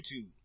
YouTube